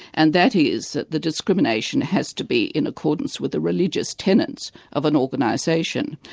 and that is that the discrimination has to be in accordance with the religious tenets of an organisation.